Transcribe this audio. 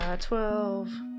Twelve